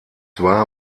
war